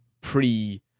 pre